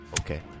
Okay